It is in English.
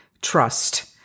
trust